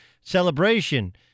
Celebration